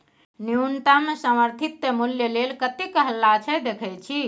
न्युनतम समर्थित मुल्य लेल कतेक हल्ला छै देखय छी